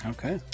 Okay